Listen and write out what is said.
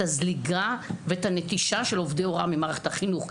הזליגה ואת הנטישה של עובדי הוראה במערכת החינוך.